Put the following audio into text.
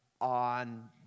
on